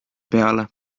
peale